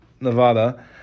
Nevada